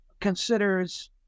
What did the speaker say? considers